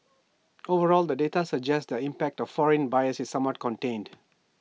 overall the data suggests that the impact of foreign buyers is somewhat contained